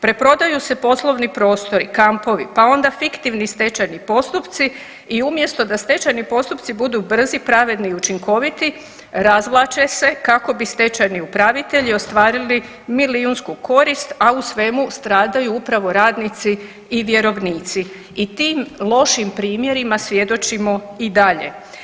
Preprodaju se poslovni prostori, kampovi, pa onda fiktivni stečajni postupci i umjesto da stečajni postupci budu brzi, pravedni i učinkoviti razvlače se kako bi stečajni upravitelji ostvarili milijunsku korist, a u svemu stradaju upravno radnici i vjerovnici i tim lošim primjerima svjedočimo i dalje.